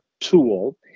tool